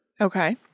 Okay